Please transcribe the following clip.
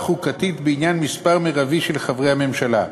חוקתית בעניין מספר מרבי של חברי ממשלה.